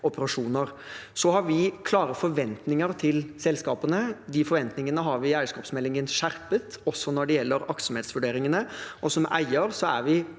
Vi har klare forventninger til selskapene. De forventningene har vi skjerpet i eierskapsmeldingen, også når det gjelder aktsomhetsvurderingene. Som eier er vi